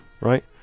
right